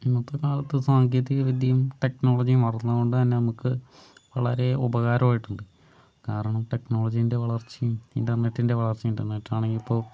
ഇന്നത്തെ കാലത്ത് സാങ്കേതികവിദ്യയും ടെക്നോളജിയും മാറുന്നത്കൊണ്ട് തന്നെ നമുക്ക് വളരെ ഉപകാരമായിട്ടുണ്ട് കാരണം ടെക്നോളജിൻ്റെ വളർച്ചയും ഇൻ്റർനെറ്റിന്റെ വളർച്ചയും ഇന്റർനെറ്റ് ആണെങ്കിലിപ്പോൾ